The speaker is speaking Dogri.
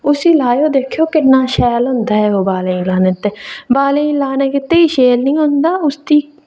उस्सी लैएओ दिक्खेओ किन्ना शैल होंदा ऐ ओह् बालें लाने गितै बालें ई लाने गितै ई शैल नि होंदा उसदी